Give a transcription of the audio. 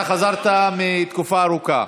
חבר הכנסת סמי אבו שחאדה, אתה חזרת מתקופה ארוכה.